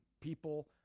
people